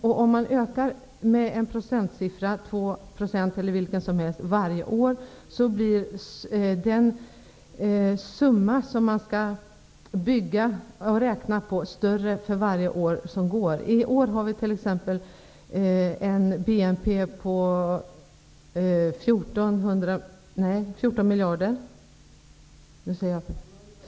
Om tillväxten ökar med t.ex. 2 % varje år, blir det en större summa att räkna på för varje år som går. I år ligger vår BNP på 14 000 miljarder.